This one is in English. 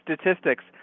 statistics